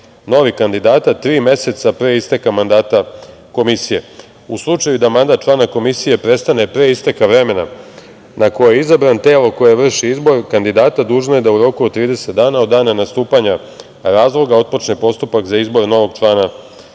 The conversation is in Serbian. novih kandidata tri meseca pre isteka mandata komisije. U slučaju da mandat člana komisije prestane pre isteka vremena na koje je izabran telo koje vrši izbor kandidata dužno je da u roku od 30 dana od dana nastupanja razloga otpočne postupak za izbor novog člana komisije. Članom